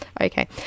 Okay